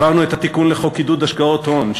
העברנו את התיקון לחוק עידוד השקעות הון,